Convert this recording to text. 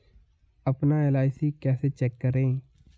अपना एल.आई.सी कैसे चेक करें?